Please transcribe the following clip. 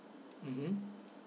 mmhmm